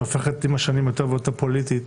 שהופכת עם השנים יותר ויותר פוליטית,